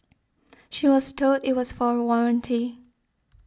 she was told it was for warranty